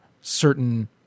certain